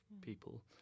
people